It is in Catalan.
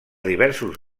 diversos